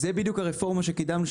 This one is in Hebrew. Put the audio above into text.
זה בדיוק הרפורמה שקידמנו.